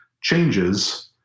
changes